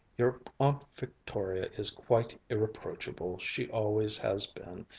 your aunt victoria is quite irreproachable, she always has been,